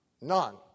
None